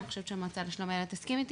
אני חושבת שהמועצה לשלום הילד תסכים איתי